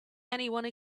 anyone